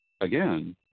again